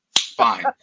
fine